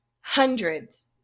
hundreds